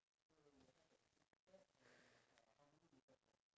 bored and then they will tend to bark even more which is